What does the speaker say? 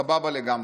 סבבה לגמרי.